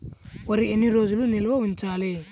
వరి ఎన్ని రోజులు నిల్వ ఉంచాలి?